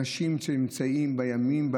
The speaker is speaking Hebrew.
אנשים שנמצאים בכותל בימים,